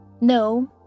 No